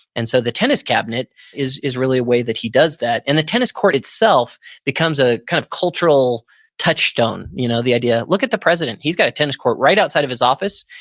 and so the tennis cabinet is is really a way that he does that and the tennis court itself becomes a kind of cultural touchstone, you know the idea, look at the president, he's got a tennis court right outside of his office.